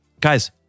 guys